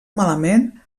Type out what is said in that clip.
malament